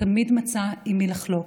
תמיד מצא עם מי לחלוק?